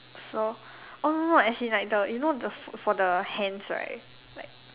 so oh no no as in like the you know the f~ for the hands right like